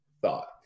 thought